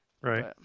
Right